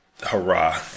hurrah